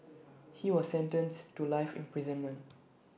he was sentenced to life imprisonment